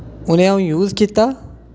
उ'नें ईअ'ऊं यूज कीता